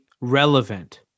relevant